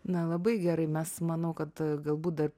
na labai gerai mes manau kad galbūt dar